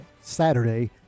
Saturday